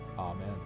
Amen